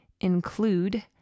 include